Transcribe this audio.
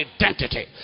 identity